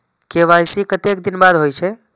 KYC कतेक दिन बाद होई छै?